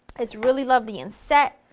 it's really lovely and set,